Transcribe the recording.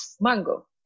mango